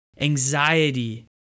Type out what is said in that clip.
anxiety